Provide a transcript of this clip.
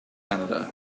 canada